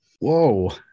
Whoa